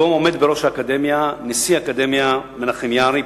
היום עומד בראש האקדמיה נשיא האקדמיה מנחם יערי,